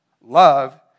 love